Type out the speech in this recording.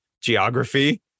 geography